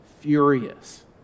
furious